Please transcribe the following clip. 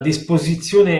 disposizione